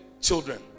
children